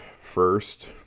first